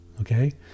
okay